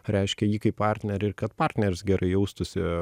reiškia jį kaip partnerį ir kad partneris gerai jaustųsi